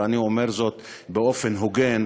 ואני אומר זאת באופן הוגן,